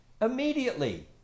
Immediately